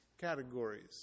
categories